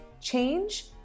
Change